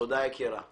תודה יקירה.